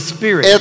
Spirit